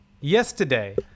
yesterday